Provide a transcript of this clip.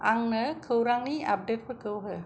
आंनो खौरांनि आपदेटफोरखौ हो